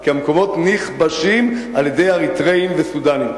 כי המקומות נכבשים על-ידי אריתריאים וסודנים.